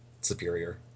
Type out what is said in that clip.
superior